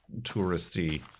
touristy